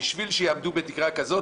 בשביל שיעמדו בתקרה כזאת,